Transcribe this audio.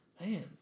man